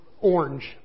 orange